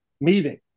meeting